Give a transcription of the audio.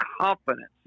confidence